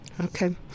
Okay